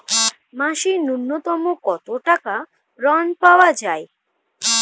মাসে নূন্যতম কত টাকা ঋণ পাওয়া য়ায়?